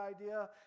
idea